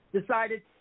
decided